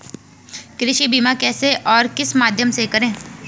कृषि बीमा कैसे और किस माध्यम से करें?